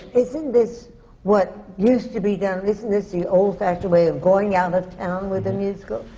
isn't this what used to be done? isn't this the old-fashioned way of going out of town with a musical?